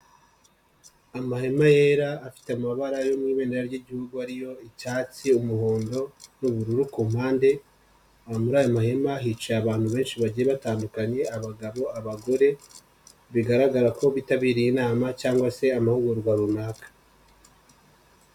Amahema yera afite amabara yo mu ibendera ry'igihugu ariyo icyatsi, umuhondo, n'ubururu ku mpande muri ayo mahema hicaye abantu benshi bagiye batandukanya abagabo, abagore, bigaragara ko bitabiriye inama cyangwa se amahugurwa runaka.